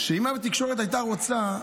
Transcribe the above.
שאם התקשורת הייתה רוצה,